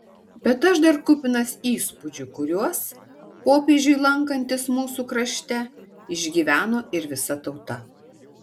bet aš dar kupinas įspūdžių kuriuos popiežiui lankantis mūsų krašte išgyveno ir visa tauta